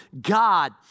God